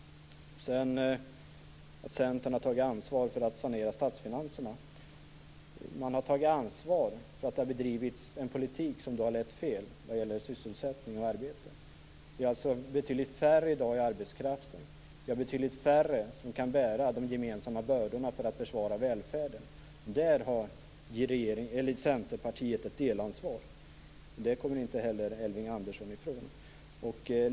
Det sades att Centern har tagit ansvar för att sanera statsfinanserna. Man har ansvar för att det bedrivits en politik som lett fel vad gäller sysselsättning och arbete. Vi har i dag betydligt färre i arbetskraften och betydligt färre som kan bära de gemensamma bördorna för att bevara välfärden. Där har Centerpartiet ett delansvar. Det kommer inte heller Elving Andersson ifrån.